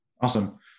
Awesome